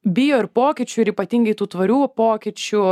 bijo ir pokyčių ir ypatingai tų tvarių pokyčių